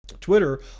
Twitter